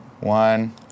One